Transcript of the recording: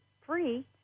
free